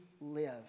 live